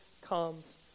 comes